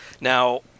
now